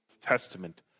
Testament